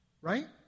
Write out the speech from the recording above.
Right